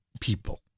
people